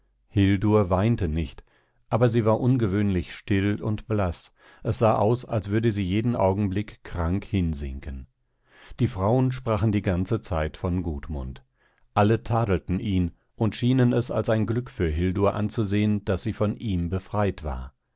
weinte nicht aber sie war ungewöhnlich still und blaß es sah aus als würde sie jeden augenblick krank hinsinken die frauen sprachen die ganze zeit von gudmund alle tadelten ihn und schienen es als ein glück für hildur anzusehen daß sie von ihm befreit war